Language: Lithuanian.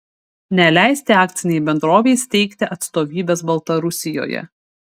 neleisti akcinei bendrovei steigti atstovybės baltarusijoje